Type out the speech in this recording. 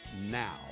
now